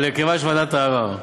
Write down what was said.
על הרכבה של ועדת הערר,